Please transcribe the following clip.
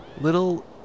little